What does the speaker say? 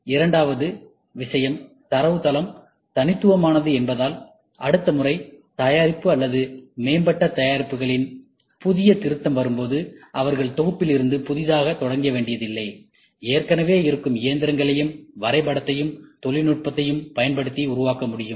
இரண்டாவது விஷயம் தரவு தளம் தனித்துவமானது என்பதால் அடுத்த முறை தயாரிப்பு அல்லது மேம்பட்ட தயாரிப்புகளின் புதிய திருத்தம் வரும்போது அவர்கள் தொகுப்பிலிருந்து புதிதாகத் தொடங்க வேண்டியதில்லை ஏற்கனவே இருக்கும் இயந்திரங்களையும் வரைபடத்தையும் தொழில்நுட்பத்தையும் பயன்படுத்தி உருவாக்க முடியும்